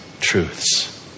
truths